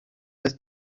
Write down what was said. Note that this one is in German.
dass